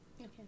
Okay